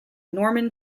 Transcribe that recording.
norman